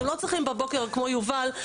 הם לא צריכים להגיד בבוקר כמו יובל: